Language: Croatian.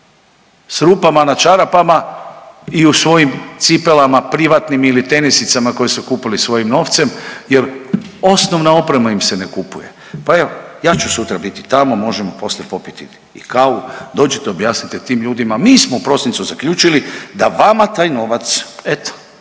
s rupama na čarapama i u svojim cipelama privatnim ili tenisicama koje su kupili svojim novcem jer osnovna oprema im se ne kupuje. Pa evo ja ću sutra biti tamo možemo poslije popiti i kavu, dođite objasnite tim ljudima mi smo u prosincu zaključili da vama taj novac eto